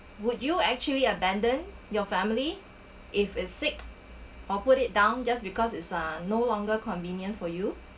would you actually abandon your family if it sick or put it down just because it's ah no longer convenient for you